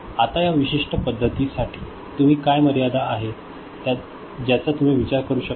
आता या विशिष्ट पद्धतीसाठी तुम्ही काही मर्यादा आहेत ज्याचा तुम्ही विचार करू शकता